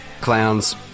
clowns